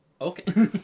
okay